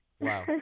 Wow